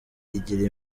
igira